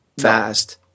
fast